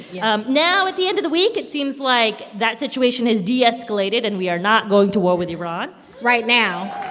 yeah um now at the end of the week, it seems like that situation has de-escalated, and we are not going to war with iran right now